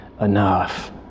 enough